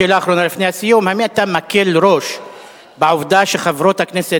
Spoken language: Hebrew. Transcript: שאלה אחרונה לפני הסיום: האם אתה מקל ראש בעובדה שחברות הכנסת